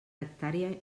hectàrea